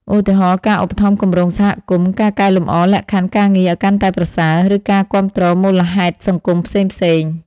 ឧទាហរណ៍ ការឧបត្ថម្ភគម្រោងសហគមន៍ ការកែលម្អលក្ខខណ្ឌការងារឱ្យកាន់តែប្រសើរ ឬការគាំទ្រមូលហេតុសង្គមផ្សេងៗ ។